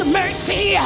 mercy